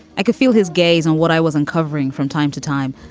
i could feel his gaze on what i was uncovering from time to time,